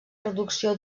reducció